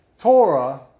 Torah